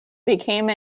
became